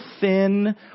thin